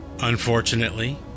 unfortunately